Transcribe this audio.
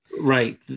Right